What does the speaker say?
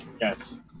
Yes